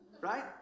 right